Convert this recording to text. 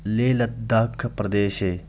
लेह्लद्दाखप्रदेशे